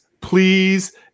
please